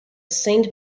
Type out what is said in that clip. saint